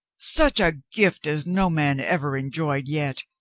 such a gift as no man ever enjoyed yet.